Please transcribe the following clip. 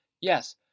yes